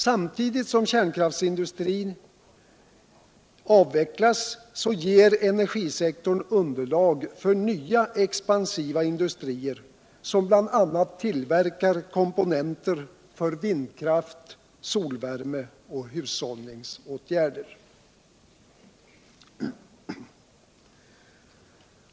Samtidigt som kärnkraftsindustrin avvecklas ger energisektorn underlag för nya expansiva industrier som bl.a. tillverkar komponenter för vindkraft, solvärme och .hushållningsåtgärder.